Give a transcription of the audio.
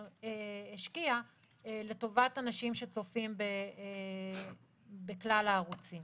השקיעה לטובת אנשים שצופים בכלל הערוצים.